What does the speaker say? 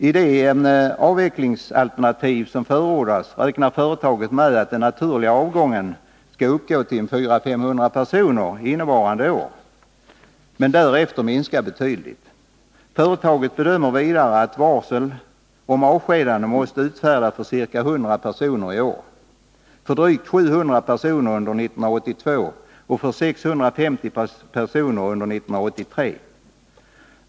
I det avvecklingsalternativ som förordas räknar företaget med att den naturliga avgången skall omfatta 400-500 personer innevarande år men att den därefter kommer att minska betydligt. Företaget bedömer vidare att varsel om avskedanden måste utfärdas för ca 100 personer i år, för drygt 700 personer under 1982 och för 650 personer under 1983.